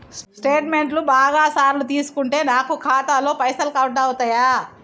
Statement బాగా సార్లు తీసుకుంటే నాకు ఖాతాలో పైసలు కట్ అవుతయా?